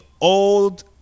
old